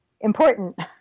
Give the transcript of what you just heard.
Important